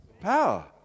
Power